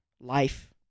life